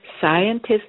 Scientists